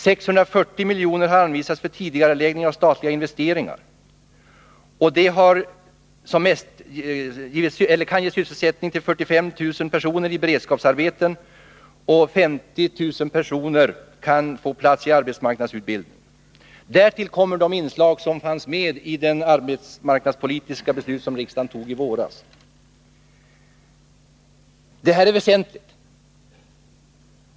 640 miljoner har anvisats för tidigareläggning av statliga investeringar, och det kan som mest ge sysselsättning åt 45 000 personer i beredskapsarbeten, och 50 000 personer kan få plats i arbetsmarknadsutbildningen. Därtill kommer de inslag som fanns med i det arbetsmarknadspolitiska beslut som riksdagen fattade i våras. Det är väsentligt.